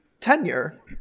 tenure